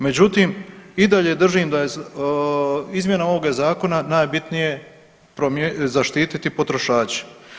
Međutim i dalje držim da je izmjena ovoga zakona najbitnije zaštititi potrošače.